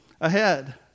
ahead